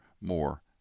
more